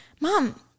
mom